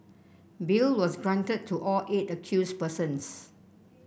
bail was granted to all eight accused persons